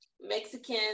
Mexican